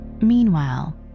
Meanwhile